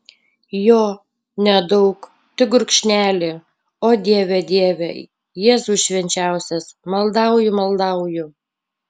jo nedaug tik gurkšnelį o dieve dieve jėzau švenčiausias maldauju maldauju